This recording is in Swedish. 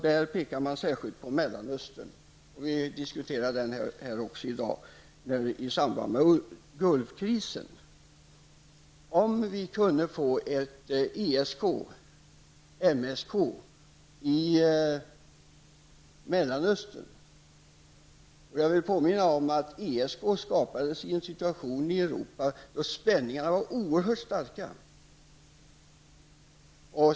Där pekar man särskilt på Mellanöstern -- vi diskuterar den också här i dag i samband med Gulfkrisen. Tänk om vi kunde få ett ESK, eller snarare ett MSK i Mellanöstern! Jag vill påminna om att ESK skapades i en situation i Europa då spänningarna var oerhört starka.